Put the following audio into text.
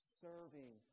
serving